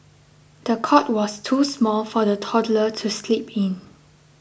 the cot was too small for the toddler to sleep in